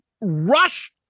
Rush